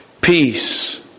peace